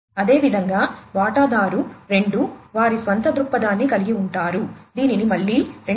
అదేవిధంగా వాటాదారు 2 వారి స్వంత దృక్పథాన్ని కలిగి ఉంటారు దీనిని మళ్ళీ 2